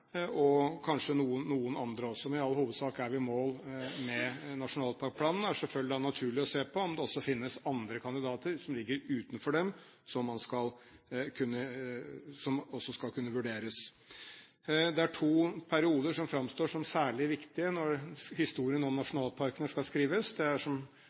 og kanskje noen andre også, men i all hovedsak er vi i mål med nasjonalparkplanen. Det er selvfølgelig naturlig å se på om det også finnes andre kandidater som ligger utenfor den som også skal kunne vurderes. Det er to perioder som framstår som særlig viktige, når historien om nasjonalparkene skal skrives. Som det ble sagt her, ble det i Børge Brendes periode som